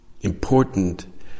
important